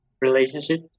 relationship